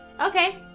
Okay